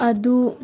ꯑꯗꯨ